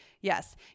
Yes